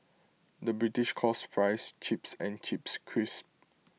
the British calls Fries Chips and Chips Crisps